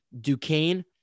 Duquesne